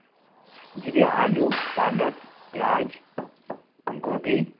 जी भईया आलू पालक प्याज गोभी